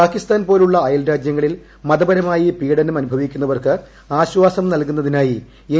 പാക്കിസ്ഥാൻ പോലുള്ള അയൽ രാജ്യങ്ങളിൽ മതപരമായി പീഢ്ന്നം അനുഭവിക്കുന്നവർക്ക് ആശ്വാസം നൽകുന്നതിനായി എൻ